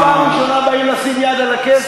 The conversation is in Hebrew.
אנחנו בפעם הראשונה באים לשים יד על הכסף.